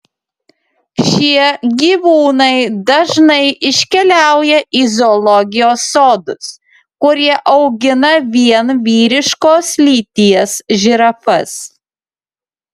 šie gyvūnai dažnai iškeliauja į zoologijos sodus kurie augina vien vyriškos lyties žirafas